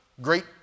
great